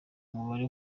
umubare